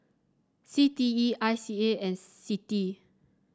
C T E I C A and CITI